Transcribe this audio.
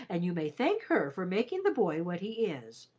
and you may thank her for making the boy what he is.